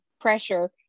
pressure